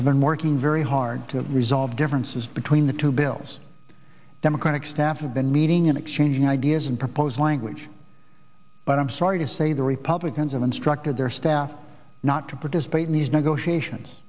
have been working very hard to resolve differences between the two bills democratic staff have been meeting and exchanging ideas and propose language but i'm sorry to say the republicans and instructed their staff not to participate in these negotiations